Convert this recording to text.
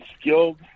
skilled